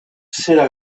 zera